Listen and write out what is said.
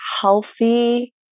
healthy